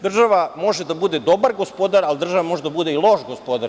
Država može da bude dobar gospodar, ali država može da bude i loš gospodar.